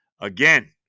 again